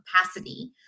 capacity